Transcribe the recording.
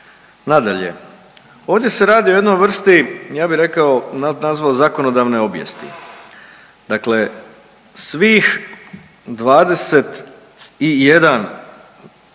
Nadalje, ovdje se radi o jednoj vrsti ja bi rekao, nazvao zakonodavne obijesti, dakle svih 21